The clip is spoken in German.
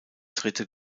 dritte